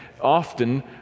often